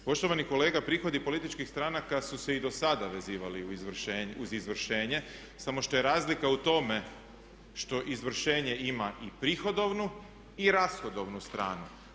Poštovani kolega, prihodi političkih stranaka su se i do sada vezivali uz izvršenje samo što je razlika o tome što izvršenje ima i prihodovnu i rashodovnu stranu.